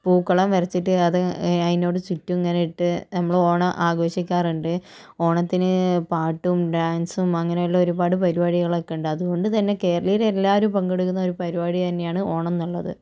പൂക്കളം വരച്ചിട്ട് അത് അതിനോട് ചുറ്റും ഇങ്ങനെ ഇട്ട് നമ്മള് ഓണം ആഘോഷിക്കാറ്ണ്ട് ഓണത്തിന് പാട്ടും ഡാൻസും അങ്ങനെയുള്ള ഒരുപാട് പരിപാടികളൊക്കെ ഉണ്ട് അതുകൊണ്ട് തന്നെ കേരളീയര് എല്ലാവരും പങ്കെടുക്കുന്ന ഒരു പരിപാടി തന്നെയാണ് ഓണം എന്നൊള്ളത്